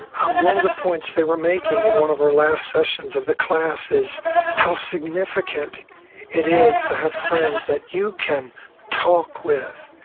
um one of the points they were making in one of our last sessions of the class is how significant it is to have friends that you can talk with,